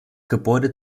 gebäude